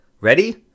Ready